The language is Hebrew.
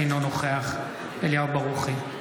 אינו נוכח אליהו ברוכי,